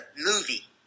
movie